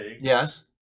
yes